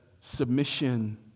submission